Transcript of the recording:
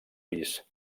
pis